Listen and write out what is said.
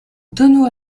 donu